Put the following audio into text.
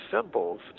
symbols